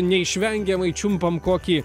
neišvengiamai čiumpam kokį